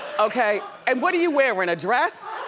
okay? and what are you wearin', a dress?